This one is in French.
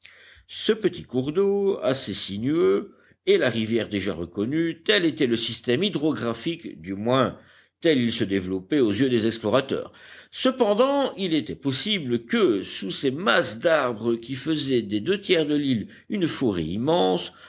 ce petit cours d'eau assez sinueux et la rivière déjà reconnue tel était le système hydrographique du moins tel il se développait aux yeux des explorateurs cependant il était possible que sous ces masses d'arbres qui faisaient des deux tiers de l'île une forêt immense